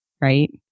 right